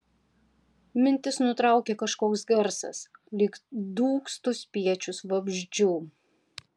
mintis nutraukė kažkoks garsas lyg dūgztų spiečius vabzdžių